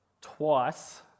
Twice